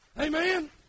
Amen